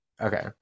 Okay